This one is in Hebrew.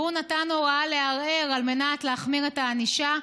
והוא נתן הוראה לערער על מנת להחמיר את הענישה.